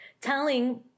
telling